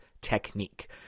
technique